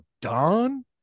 don